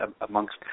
amongst